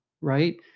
right